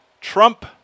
Trump